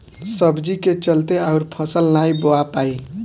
सब्जी के चलते अउर फसल नाइ बोवा पाई